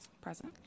Present